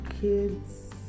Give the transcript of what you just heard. kids